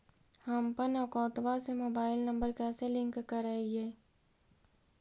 हमपन अकौउतवा से मोबाईल नंबर कैसे लिंक करैइय?